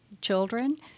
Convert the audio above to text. children